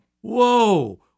Whoa